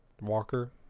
Walker